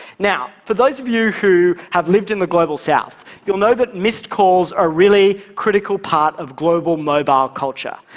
now, for those of you who have lived in the global south, you'll know that missed calls are a really critical part of global mobile culture.